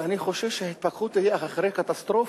אבל אני חושש שההתפכחות תהיה אחרי קטסטרופה,